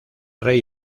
rey